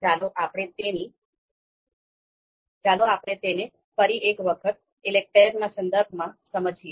ચાલો આપણે તેને ફરી એક વખત ઈલેકટેર ના સંદર્ભમાં સમજીએ